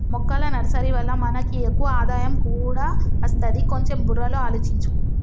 మొక్కల నర్సరీ వల్ల మనకి ఎక్కువ ఆదాయం కూడా అస్తది, కొంచెం బుర్రలో ఆలోచించు